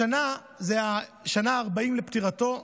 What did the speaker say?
השנה זאת השנה ה-40 לפטירתו,